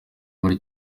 muri